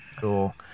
cool